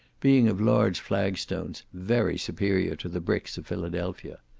being of large flag stones, very superior to the bricks of philadelphia.